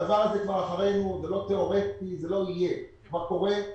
הדבר הזה כבר מאחורינו, זה כבר קורה.